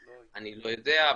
אני לא יודע,